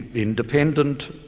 independent,